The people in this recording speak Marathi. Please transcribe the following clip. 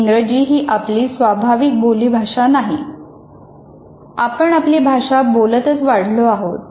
इंग्रजी ही आपली स्वाभाविक बोलीभाषा नाही आपण आपली भाषा बोलतच वाढलो आहोत